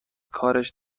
کارش